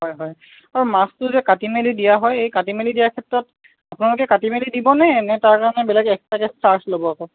হয় হয় আৰু মাছটো যে কাটি মেলি দিয়া হয় এই কাটি মেলি দিয়া ক্ষেত্ৰত আপোনালোকে কাটি মেলি দিবনে নে তাৰকাৰণে বেলেগ এক্সট্ৰাকে চাৰ্জ ল'ব আকৌ